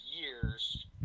years